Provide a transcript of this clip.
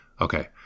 okay